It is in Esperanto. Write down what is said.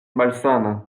malsana